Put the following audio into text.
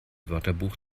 wörterbuch